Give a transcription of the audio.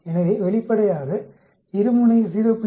எனவே வெளிப்படையாக இருமுனை 0